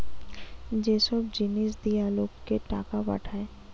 যে সব জিনিস দিয়া লোককে টাকা পাঠায়